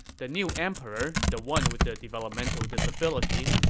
the new emperor, the one with the developmental disability,